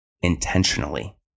intentionally